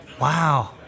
Wow